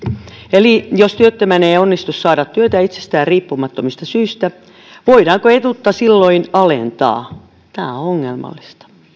eli jos työttömän ei onnistu saada työtä itsestään riippumattomista syistä voidaanko etuutta silloin alentaa tämä on ongelmallista